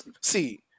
see